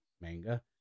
manga